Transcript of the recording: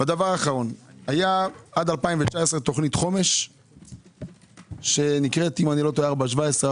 לסיום היה עד 2014 תוכנית חומש שנקראת 417,